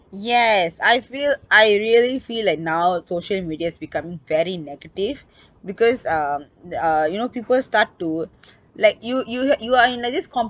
yes I feel I really feel like now social media is becoming very negative because um uh you know people start to like you you you are in like this